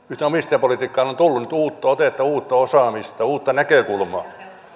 omistajapolitiikkaan on tullut nyt uutta otetta uutta osaamista uutta näkökulmaa